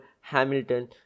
Hamilton